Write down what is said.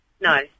No